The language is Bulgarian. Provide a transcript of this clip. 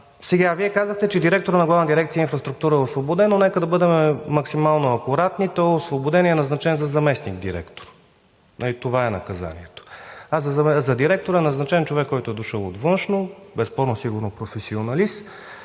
неща. Вие казахте, че директорът на Главна дирекция „Инфраструктура“ е освободен, но нека да бъдем максимално акуратни – той е освободен и е назначен за заместник-директор, нали, това е наказанието? За директор е назначен човек, който е дошъл от Външно, безспорно сигурно е професионалист